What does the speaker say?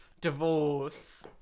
divorce